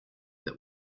that